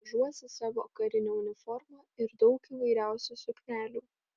vežuosi savo karinę uniformą ir daug įvairiausių suknelių